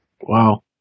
Wow